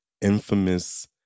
infamous